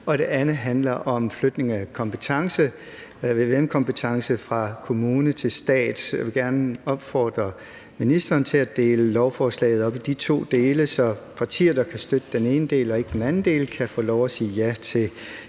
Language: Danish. den anden handler om flytning af vvm-kompetence fra kommune til stat. Jeg vil gerne opfordre ministeren til at dele lovforslaget op i de to dele, så partier, der kan støtte den ene del og ikke den anden del, kan få lov at sige ja til